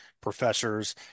professors